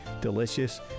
delicious